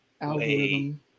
Algorithm